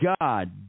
God